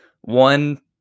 One